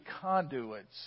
conduits